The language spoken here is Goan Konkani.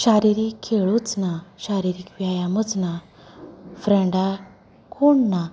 शारिरीक खेळूच ना शारीरीक व्यायामूच ना फ्रेंडा कोण ना